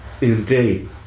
indeed